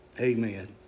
Amen